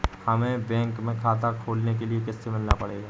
हमे बैंक में खाता खोलने के लिए किससे मिलना पड़ेगा?